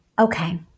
okay